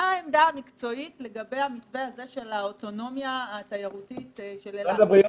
מה העמדה המקצועית לגבי המתווה הזה של האוטונומיה התיירותית של אילת?